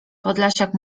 podlasiak